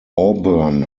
auburn